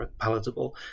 palatable